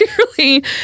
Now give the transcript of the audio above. clearly